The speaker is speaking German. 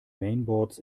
mainboards